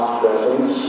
presence